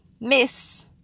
Miss